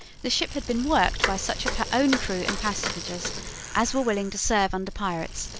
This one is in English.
the ship had been worked by such of her own crew and passengers as were willing to serve under pirates,